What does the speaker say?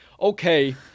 Okay